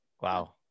wow